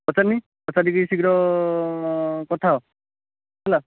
ପଚାରନି ପଚାରିକି ଶୀଘ୍ର କଥା ହୁଅ ହେଲା